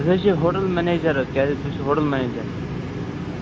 أسۍ حظ چھِ ہوٹَل منیجر حظ کیٛاز بہٕ چھُس ہوٹَل منیجر